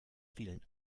vielen